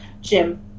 Jim